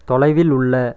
தொலைவில் உள்ள